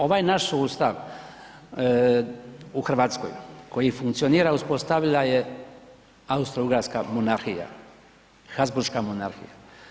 Ovaj naš sustav u Hrvatskoj koji funkcionira, uspostavila je Austrougarska monarhija, Habsburška monarhija.